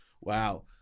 wow